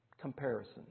comparison